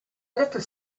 little